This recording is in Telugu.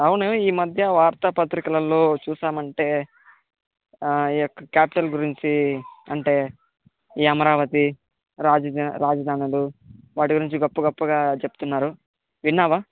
అవును ఈ మధ్య వార్తా పత్రికలల్లో చోస్తూ ఉంటే ఆ యొక్క క్యాపిటల్ గురించి అంటే అమరావతి రాజదా రాజధానులు వాటి గురించి గొప్ప గొప్పగా చెప్తున్నారు విన్నావా